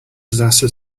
disaster